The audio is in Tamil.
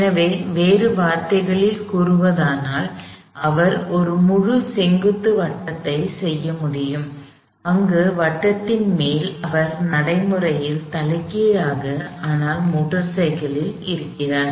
எனவே வேறு வார்த்தைகளில் கூறுவதானால் அவர் ஒரு முழு செங்குத்து வட்டத்தை செய்ய முடியும் அங்கு வட்டத்தின் மேல் அவர் நடைமுறையில் தலைகீழாக ஆனால் மோட்டார் சைக்கிளில் இருக்கிறார்